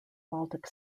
baltic